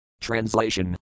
Translation